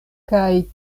kaj